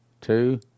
two